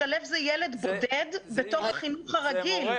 משלב זה ילד בודד בתוך החינוך הרגיל.